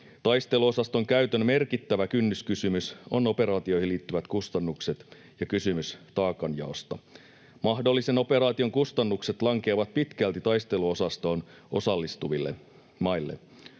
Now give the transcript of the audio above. Taisteluosaston käytön merkittävä kynnyskysymys on operaatioihin liittyvät kustannukset ja kysymys taakanjaosta. Mahdollisen operaation kustannukset lankeavat pitkälti taisteluosastoon osallistuville maille.